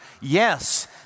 yes